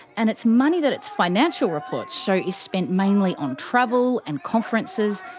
and it's money that its financial reports show is spent mainly on travel, and conferences,